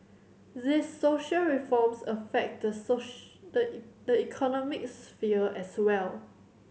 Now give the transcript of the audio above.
these social reforms affect the the the economic sphere as well